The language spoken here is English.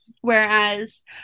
Whereas